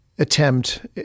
attempt